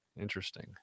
Interesting